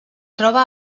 troba